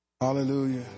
hallelujah